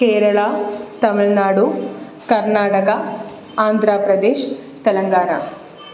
Keralam Tamil Nadu Karnataka Andhra Pradesh Telangana